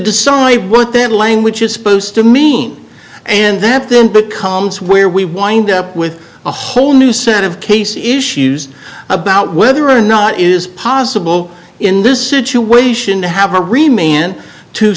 decide what their language is supposed to mean and that then becomes where we wind up with a whole new set of case issues about whether or not it is possible in this situation to have a remain